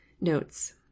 Notes